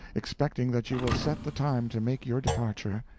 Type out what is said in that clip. expecting that you will set the time to make your departure,